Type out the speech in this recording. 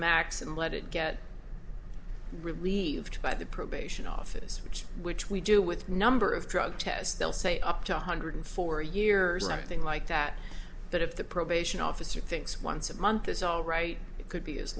max and let it get relieved by the probation office which which we do with number of drug test they'll say up to one hundred four years anything like that but if the probation officer thinks once a month it's all right it could be as